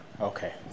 okay